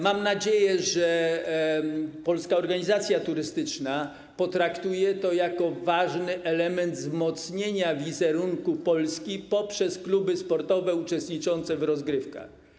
Mam nadzieję, że Polska Organizacja Turystyczna potraktuje to jako ważny element wzmocnienia wizerunku Polski poprzez kluby sportowe uczestniczące w rozgrywkach.